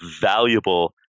valuable